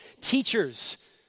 teachers